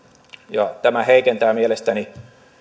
ja tämä heikentää mielestäni